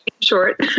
short